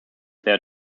their